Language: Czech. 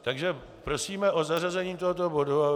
Takže prosíme o zařazení tohoto bodu.